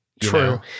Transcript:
True